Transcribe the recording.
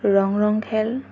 ৰং ৰং খেল